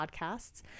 Podcasts